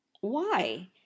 Why